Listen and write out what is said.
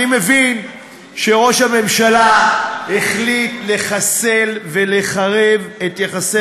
אני מבין שראש הממשלה החליט לחסל ולחרב את יחסי